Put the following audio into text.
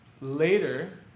Later